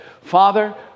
Father